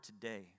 today